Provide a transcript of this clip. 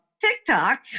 TikTok